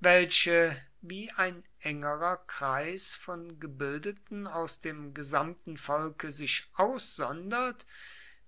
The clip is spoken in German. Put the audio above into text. welche wie ein engerer kreis von gebildeten aus dem gesamten volke sich aussondert